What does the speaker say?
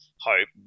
hope